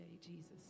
Jesus